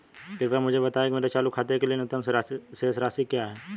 कृपया मुझे बताएं कि मेरे चालू खाते के लिए न्यूनतम शेष राशि क्या है